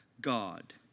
God